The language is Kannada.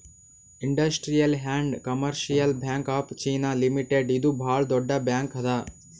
industrial and commercial bank of China limited ಇದು ಭಾಳ್ ದೊಡ್ಡ ಬ್ಯಾಂಕ್ ಅದಾ